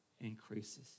increases